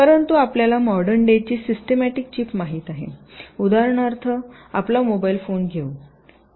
परंतु आपल्याला मॉडर्न डेची सिस्टिमॅटिक चिप माहित आहे उदाहरणार्थ आपला मोबाइल फोन घेऊ